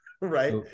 right